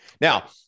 Now